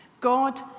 God